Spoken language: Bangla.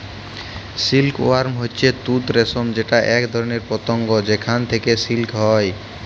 সিল্ক ওয়ার্ম হচ্যে তুত রেশম যেটা এক ধরণের পতঙ্গ যেখাল থেক্যে সিল্ক হ্যয়